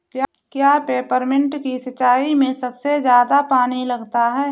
क्या पेपरमिंट की सिंचाई में सबसे ज्यादा पानी लगता है?